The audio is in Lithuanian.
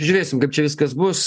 žiūrėsim kaip čia viskas bus